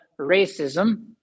racism